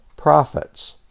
profits